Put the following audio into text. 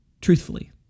truthfully